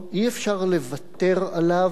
אי-אפשר לוותר עליו,